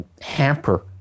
hamper